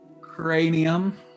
cranium